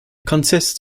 consists